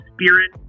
spirit